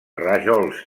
rajols